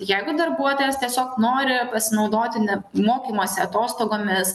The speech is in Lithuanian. jeigu darbuotojas tiesiog nori pasinaudoti ne mokymosi atostogomis